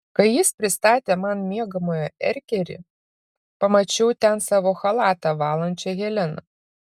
kai jis pristatė man miegamojo erkerį pamačiau ten savo chalatą valančią heleną